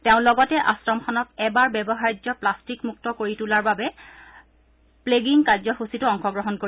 তেওঁ লগতে আশ্ৰমখনক এবাৰ ব্যৱহাৰ্য প্লাট্টিক মুক্ত কৰি তোলাৰ বাবে প্লোগিঙ কাৰ্য্যচীতো অংশগ্ৰহণ কৰিব